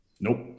Nope